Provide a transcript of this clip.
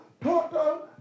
total